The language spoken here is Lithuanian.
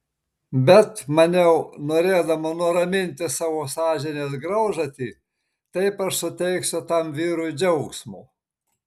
bet maniau norėdama nuraminti savo sąžinės graužatį taip aš suteiksiu tam vyrui džiaugsmo